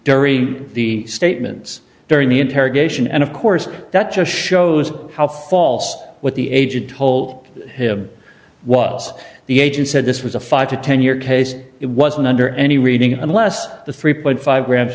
dury the statements during the interrogation and of course that just shows how false what the aged told him was the agent said this was a five to ten year case it wasn't under any reading unless the three five grams